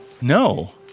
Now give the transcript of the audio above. No